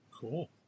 Cool